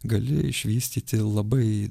gali išvystyti labai